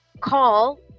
call